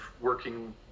working